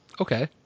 Okay